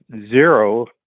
zero